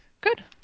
Good